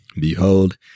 Behold